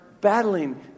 battling